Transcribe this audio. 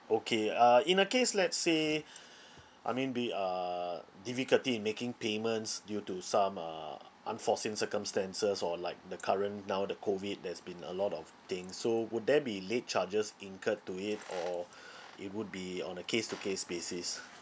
okay uh in a case let's say I mean be uh difficulty in making payments due to some uh unforeseen circumstances or like the current now the COVID there's been a lot of things so would there be late charges incurred to it or or it would be on a case to case basis